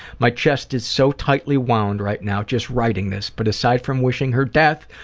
my chest is so tightly wound right now just writing this, but aside from wishing her death,